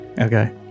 Okay